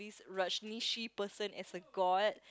this Rajneeshee person as a god